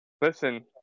listen